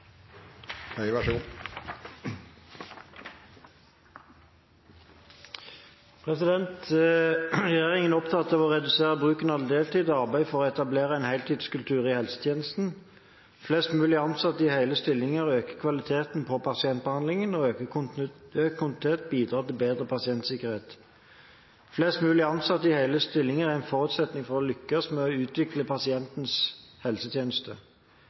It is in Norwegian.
opptatt av å redusere bruken av deltid og å arbeide for å etablere en heltidskultur i helsetjenesten. Flest mulig ansatte i hele stillinger øker kvaliteten på pasientbehandlingen – økt kontinuitet bidrar til bedre pasientsikkerhet. Flest mulig ansatte i hele stillinger er en forutsetning for å lykkes med å utvikle pasientens helsetjeneste.